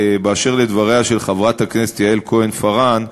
באשר לדבריה של חברת הכנסת יעל כהן-פארן,